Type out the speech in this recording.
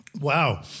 wow